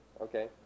Okay